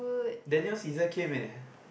Daniel Cesar came eh